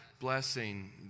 blessing